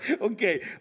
okay